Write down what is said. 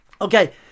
Okay